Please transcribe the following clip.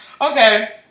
Okay